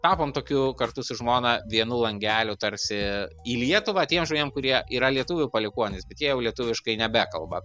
tapom tokiu kartu su žmona vienu langeliu tarsi į lietuvą tiem žmonėm kurie yra lietuvių palikuonys bet jie jau lietuviškai nebekalba